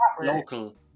local